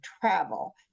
travel